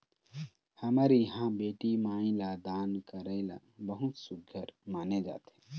हमर इहाँ बेटी माई ल दान करई ल बहुत सुग्घर माने जाथे